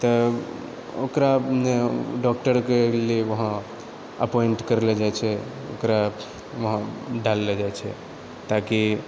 तऽ ओकरा डॉक्टरके लिअऽ वहांँ अपॉइंट करलो जाइत छै ओकरा वहांँ डालए लऽ जाइत छै ताकि